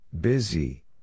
Busy